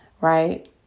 Right